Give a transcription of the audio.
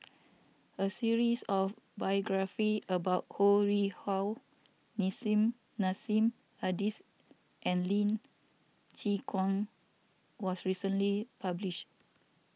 a series of biographies about Ho Rih Hwa Nissim Nassim Adis and Lee Chin Koon was recently published